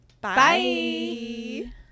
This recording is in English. bye